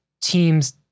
teams